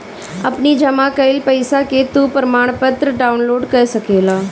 अपनी जमा कईल पईसा के तू प्रमाणपत्र डाउनलोड कअ सकेला